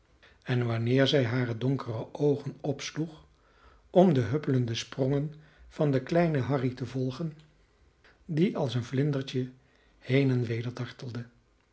en wanneer zij hare donkere oogen opsloeg om de huppelende sprongen van den kleinen harry te volgen die als een vlindertje heen en weder dartelde